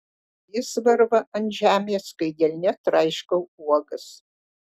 jis varva ant žemės kai delne traiškau uogas